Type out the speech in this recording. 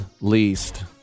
least